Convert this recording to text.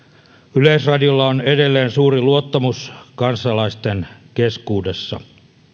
yleisradiolla on edelleen suuri luottamus kansalaisten keskuudessa